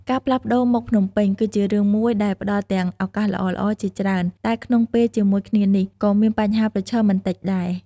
ការផ្លាស់ប្ដូរមកភ្នំពេញ គឺជារឿងមួយដែលផ្ដល់ទាំងឱកាសល្អៗជាច្រើន តែក្នុងពេលជាមួយគ្នានេះ ក៏មានបញ្ហាប្រឈមមិនតិចដែរ។